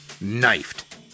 Knifed